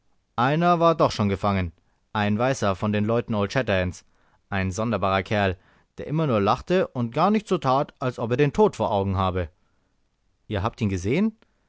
einer war doch schon gefangen ein weißer von den leuten old shatterhands ein sonderbarer kerl der immer nur lachte und gar nicht so tat als ob er den tod vor augen habe ihr habt ihn gesehen